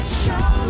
show